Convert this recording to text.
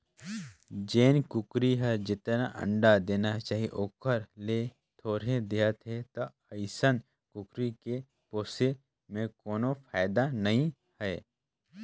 जेन कुकरी हर जेतना अंडा देना चाही ओखर ले थोरहें देहत हे त अइसन कुकरी के पोसे में कोनो फायदा नई हे